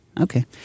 Okay